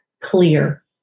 clear